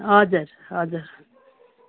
हजुर हजुर